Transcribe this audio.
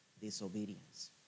Disobedience